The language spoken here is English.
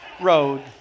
Road